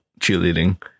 cheerleading